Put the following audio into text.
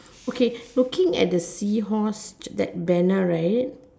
okay looking at the sea horse that banner right